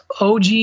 OG